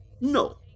no